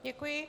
Děkuji.